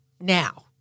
now